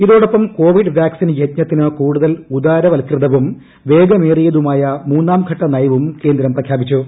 ഇതോടൊപ്പം Covid vaccine യജ്ഞത്തിന് കൂടുതൽ ഉദാരവൽകൃതവും വേഗമേറിയതുമായ മൂന്നാംഘട്ട നയവും കേന്ദ്രം പ്രഖ്യാപിച്ചു